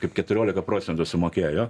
kaip keturiolika procentų sumokėjo jo